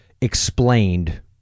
explained